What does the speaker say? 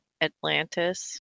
Atlantis